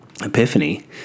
epiphany